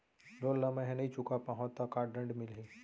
Loan ला मैं नही चुका पाहव त का दण्ड मिलही?